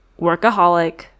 workaholic